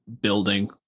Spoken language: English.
building